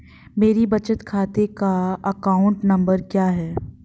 मेरे बचत खाते का अकाउंट नंबर क्या है?